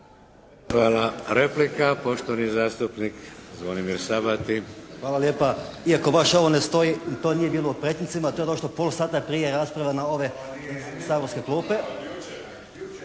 Hvala. Replika, poštovani zastupnik Zvonimir Sabati. **Sabati, Zvonimir (HSS)** Hvala lijepa. Iako ovo baš ovo ne stoji to nije bilo u pretincima, to je došlo pola sata prije rasprave na ove saborske klupe.